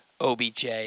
OBJ